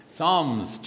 Psalms